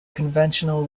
conventional